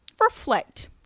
reflect